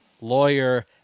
lawyer